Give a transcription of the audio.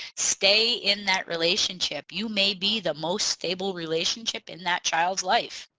stay in that relationship you may be the most stable relationship in that child's life.